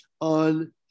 on